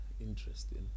Interesting